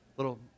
little